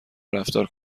رفتار